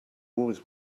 always